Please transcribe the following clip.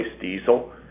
diesel